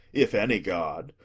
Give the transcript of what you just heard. if any god,